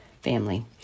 family